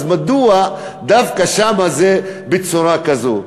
אז מדוע דווקא שם זה בצורה כזאת?